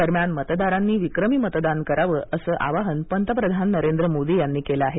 दरम्यान मतदारांनी विक्रमी मतदान करावं असं आवाहन पंतप्रधान नरेंद्र मोदी यांनी केलं आहे